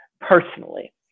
Personally